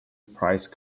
price